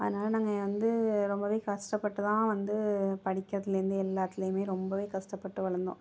அதனால நாங்கள் வந்து ரொம்பவே கஷ்டப்பட்டுதான் வந்து படிக்கிறதிலேருந்து எல்லாத்துலேயுமே ரொம்பவே கஷ்டப்பட்டு வளர்ந்தோம்